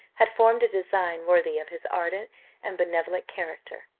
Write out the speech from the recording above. had formed a design worthy of his ardent and benevolent character.